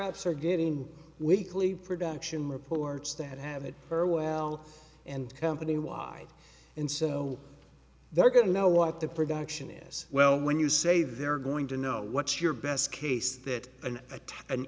ups are getting weekly production reports that have it are well and company wide and so they're going to know what the production is well when you say they're going to know what's your best case that an a